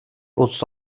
otuz